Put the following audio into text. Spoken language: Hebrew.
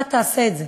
אתה תעשה את זה.